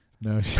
No